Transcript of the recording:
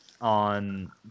on